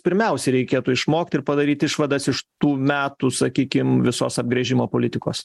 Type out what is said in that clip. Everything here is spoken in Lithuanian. pirmiausia reikėtų išmokt ir padaryt išvadas iš tų metų sakykim visos apgręžimo politikos